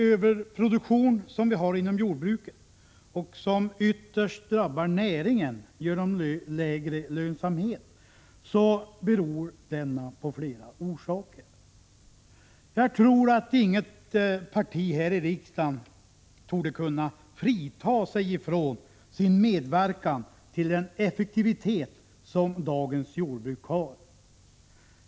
Överproduktionen inom jordbruket, som ytterst drabbar näringen i form av lägre lönsamhet, har flera orsaker. Jag tror att inget parti i riksdagen kan svära sig fri från att ha medverkat till den effektivitet som dagens jordbruk har.